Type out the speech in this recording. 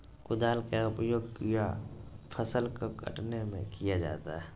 कुदाल का उपयोग किया फसल को कटने में किया जाता हैं?